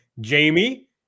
Jamie